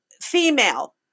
female